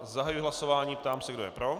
Zahajuji hlasování a ptám se, kdo je pro.